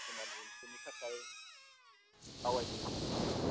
किसुमान एम्फौनि थाखाय डावाइ बेफोर होनांगौ